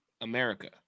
america